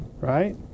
right